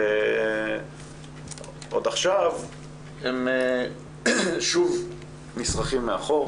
עכשיו הם שוב נשרכים מאחור.